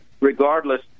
regardless